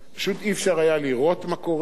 פשוט לא היה אפשר לראות מה קורה,